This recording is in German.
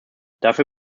dafür